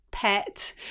pet